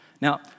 Now